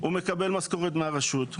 הוא מקבל משכורת מהרשות,